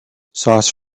sauce